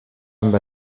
amb